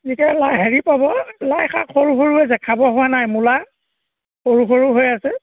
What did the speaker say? এতিয়া লাই হেৰি পাব লাই শাক সৰু সৰু আছে খাব হোৱা নাই মূলা সৰু সৰু হৈ আছে